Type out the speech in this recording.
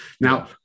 Now